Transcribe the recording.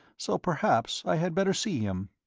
so perhaps i had better see him.